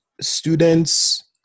students